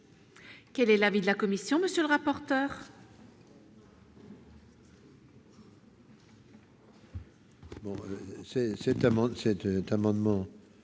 Quel est l'avis de la Commission, monsieur le rapporteur.